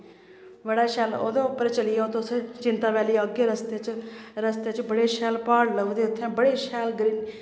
बड़ा शैल ओह्दे उप्पर चली जाओ तुस चिंता बैल्ली अग्गैं ऐ रस्ते च रस्ते च बड़े शैल प्हाड़ लभदे उत्थैं बड़े शैल ग्रीन